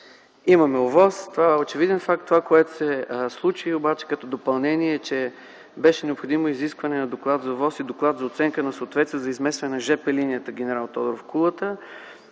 Имаме ОВОС. Това е очевиден факт. Това обаче, което се случи като допълнение, че беше необходимо изискване на доклад за ОВОС и доклад за оценка на съответствието за изместване на ЖП линията „Генерал Тодоров – Кулата”